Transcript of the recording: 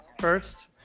first